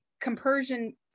Compersion